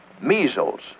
measles